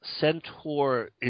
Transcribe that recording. centaur –